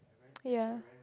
ya